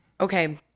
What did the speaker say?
Okay